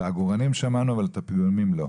את העגורנים שמענו אבל את הפיגומים לא.